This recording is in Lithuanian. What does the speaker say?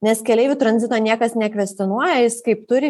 nes keleivių tranzito niekas nekvestionuoja jis kaip turi